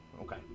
Okay